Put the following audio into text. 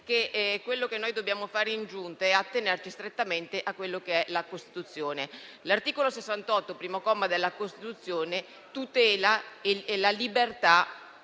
che quello che noi dobbiamo fare in Giunta è attenerci strettamente alla Costituzione. L'articolo 68, primo comma, della Costituzione, tutela la libertà